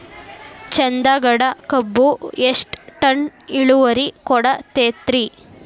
ಚಂದಗಡ ಕಬ್ಬು ಎಷ್ಟ ಟನ್ ಇಳುವರಿ ಕೊಡತೇತ್ರಿ?